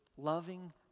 Loving